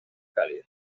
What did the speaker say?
cálido